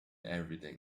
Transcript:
everything